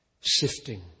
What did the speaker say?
sifting